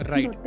Right।